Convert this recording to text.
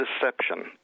deception